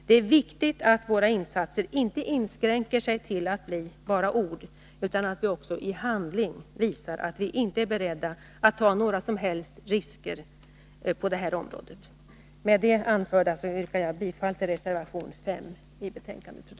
Det är viktigt att våra insatser inte inskränker sig till att bli bara ord utan att vi också i handling visar att vi inte är beredda att ta några som helst risker på detta område. Med det anförda yrkar jag, fru talman, bifall till reservation 5 i betänkandet.